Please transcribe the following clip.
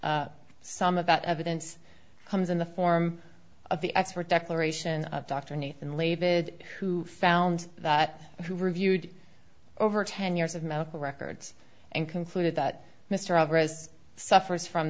some of that evidence comes in the form of the expert declaration of dr nathan label who found that who reviewed over ten years of medical records and concluded that mr alvarez suffers from